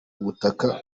ubutaka